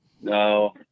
No